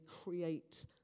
create